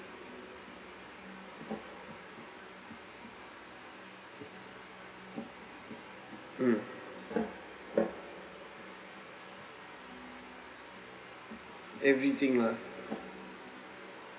mm everything lah